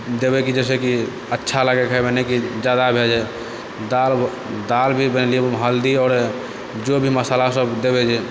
देबै कि जइसेकि अच्छा लागै खाइमे नहि कि ज्यादा भऽ जाइ दाल दाल भी बनेलिए ओहिमे हल्दी आओर जो भी मसाला सब दैबै जे